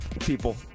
people